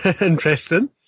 interesting